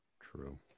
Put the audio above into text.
True